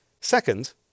Second